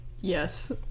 yes